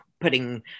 putting